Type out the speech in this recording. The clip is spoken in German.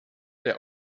der